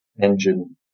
engine